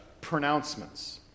pronouncements